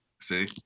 See